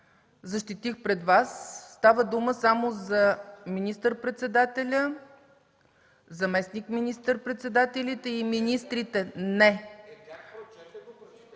защитих пред Вас, става дума за министър-председателя, заместник министър-председателите и министрите.